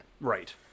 Right